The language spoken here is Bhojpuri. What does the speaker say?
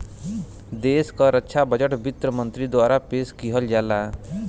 देश क रक्षा बजट वित्त मंत्री द्वारा पेश किहल जाला